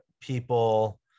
people